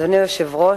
אדוני היושב-ראש,